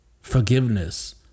Forgiveness